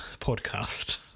podcast